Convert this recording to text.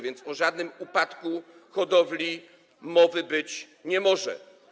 Więc o żadnym upadku hodowli mowy być nie może.